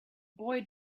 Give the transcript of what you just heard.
boy